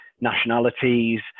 nationalities